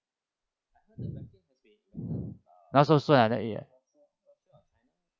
not so soon ah ya